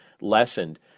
lessened